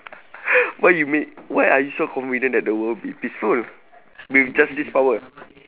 what you mean why are you so confident that the world will be peaceful with just this power